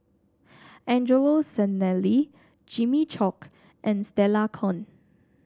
Angelo Sanelli Jimmy Chok and Stella Kon